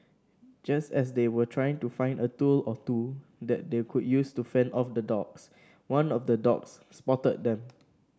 just as they were trying to find a tool or two that they could use to fend off the dogs one of the dogs spotted them